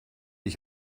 ich